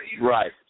Right